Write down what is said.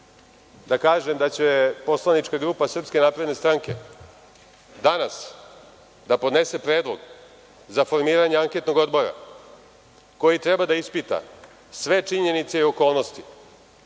da kažem da će poslanička grupa SNS danas da podnese predlog za formiranje anketnog odbora koji treba da ispita sve činjenice i okolnosti